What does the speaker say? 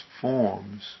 forms